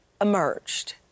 emerged